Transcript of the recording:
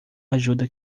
ajuda